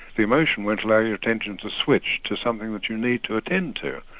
the emotion won't allow your attention to switch to something that you need to attend to.